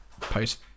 post